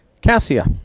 Cassia